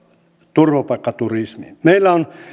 turvapaikkaturismiin meillä on